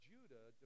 Judah